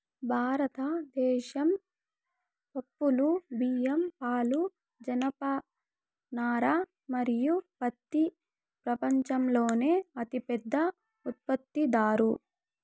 భారతదేశం పప్పులు, బియ్యం, పాలు, జనపనార మరియు పత్తి ప్రపంచంలోనే అతిపెద్ద ఉత్పత్తిదారు